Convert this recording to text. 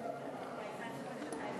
בבקשה.